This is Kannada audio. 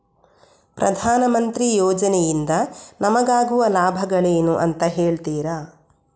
ಪ್ರಧಾನಮಂತ್ರಿ ಯೋಜನೆ ಇಂದ ನಮಗಾಗುವ ಲಾಭಗಳೇನು ಅಂತ ಹೇಳ್ತೀರಾ?